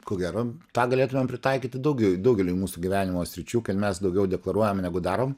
ko gero tą galėtumėm pritaikyti daugiau daugeliui mūsų gyvenimo sričių kad mes daugiau deklaruojame negu darom